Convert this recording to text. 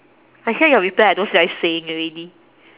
I hear your reply I don't feel like saying already